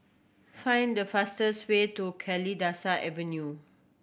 find the fastest way to Kalidasa Avenue